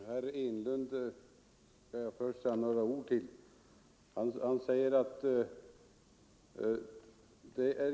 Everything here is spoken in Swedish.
Herr talman! Jag skall först säga några ord till herr Enlund.